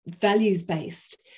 values-based